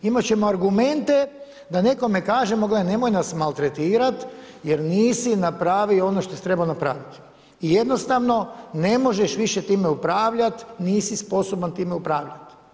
Imat ćemo argumente da nekome kažemo gle ne moj nas maltretirati jer nisu napravio ono što si trebao napraviti i jednostavno ne možeš više time upravljati, nisi sposoban time upravljati.